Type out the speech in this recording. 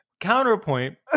counterpoint